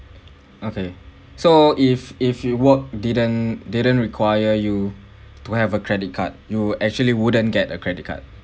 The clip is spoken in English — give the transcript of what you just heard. okay so if if you work didn't didn't require you to have a credit card you actually wouldn't get a credit card